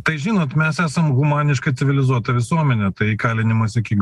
tai žinot mes esam humaniška civilizuota visuomenė tai įkalinimas iki